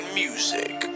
music